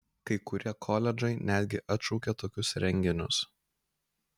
kai kurie koledžai netgi atšaukė tokius renginius